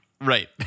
Right